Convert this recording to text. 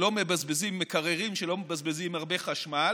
מקררים שלא מבזבזים הרבה חשמל,